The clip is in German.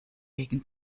wegen